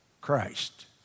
Christ